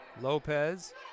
Lopez